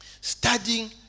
Studying